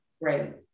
right